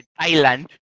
Thailand